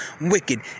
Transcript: wicked